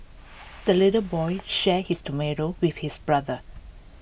the little boy shared his tomato with his brother